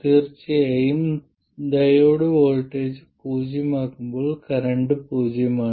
തീർച്ചയായും diode voltage പൂജ്യമാകുമ്പോൾ current പൂജ്യമാണ്